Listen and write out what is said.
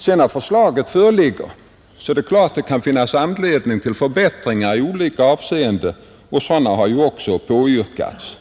När sedan förslaget föreligger kan det givetvis finnas anledning att göra förbättringar i olika avseenden — sådana har också påyrkats.